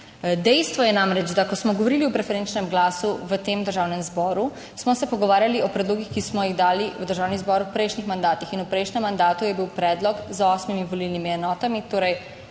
Dejstvo je namreč, da ko smo govorili o preferenčnem glasu v tem Državnem zboru, smo se pogovarjali o predlogih, ki smo jih dali v Državni zbor v prejšnjih mandatih in v prejšnjem mandatu je bil predlog z osmimi volilnimi enotami, torej